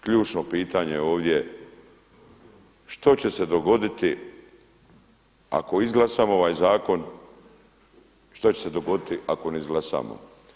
Ključno pitanje ovdje, što će se dogoditi ako izglasamo ovaj zakon, šta će se dogoditi ako ne izglasamo?